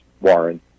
Warren